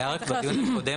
היה בדיון הקודם